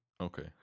okay